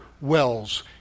wells